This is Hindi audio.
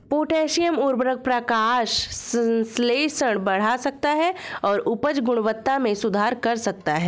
पोटेशियम उवर्रक प्रकाश संश्लेषण बढ़ा सकता है और उपज गुणवत्ता में सुधार कर सकता है